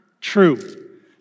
true